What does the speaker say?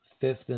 fifth